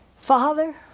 Father